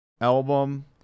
album